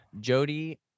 Jody